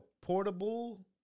portable